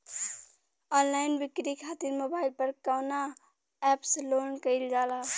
Online बिक्री खातिर mobile पर कवना एप्स लोन कईल जाला?